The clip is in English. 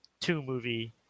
two-movie